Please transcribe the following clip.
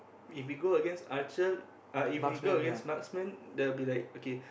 if we go against archer uh if we go against marksman there'll be like okay